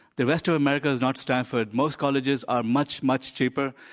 the rest of america is not stanford. most colleges are much, much cheaper.